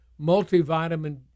multivitamin